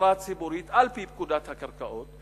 למטרה ציבורית על-פי פקודת הקרקעות,